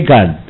God